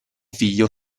figlio